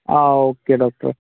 ആ okay doctor